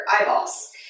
eyeballs